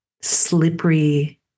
slippery